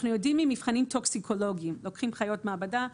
יודעים ממבחנים טוקסיקולוגיים בחיות מעבדה.